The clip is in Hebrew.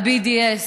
ה-BDS.